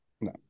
no